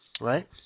right